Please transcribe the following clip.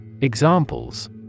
Examples